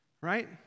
right